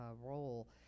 role